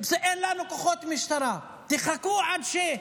אין לנו כוחות משטרה, תחכו עד ש-.